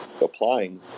applying